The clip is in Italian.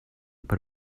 per